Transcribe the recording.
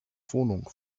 wohnung